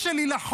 עצרתם טרוריסט.